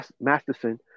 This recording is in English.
Masterson